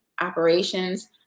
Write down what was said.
operations